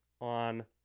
on